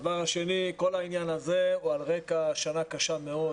כל העניין הזה הוא על רקע שנה קשה מאוד